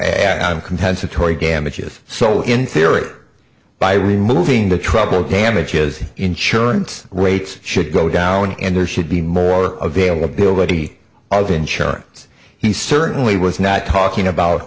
i'm compensatory damages so in theory by removing the trouble damages insurance rates should go down and there should be more availability of insurance he certainly was not talking about